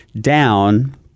down